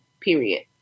Period